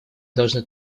должны